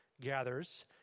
gathers